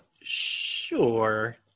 Sure